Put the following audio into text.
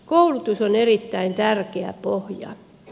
koulutus on erittäin tärkeä pohja